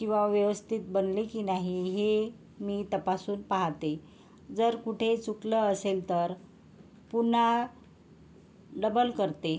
किंवा व्यवस्थित बनले की नाही हे मी तपासून पाहते जर कुठे चुकलं असेल तर पुन्हा डबल करते